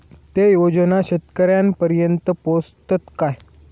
ते योजना शेतकऱ्यानपर्यंत पोचतत काय?